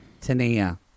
Tania